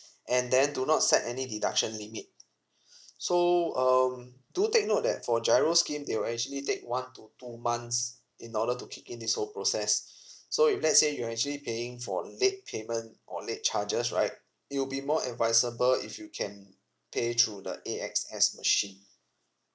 and then do not set any deduction limit so um do take note that for G_I_R_O scheme they will actually take one to two months in order to kick in this whole process so if let's say you're actually paying for late payment or late charges right it will be more advisable if you can pay through the A_X_S machine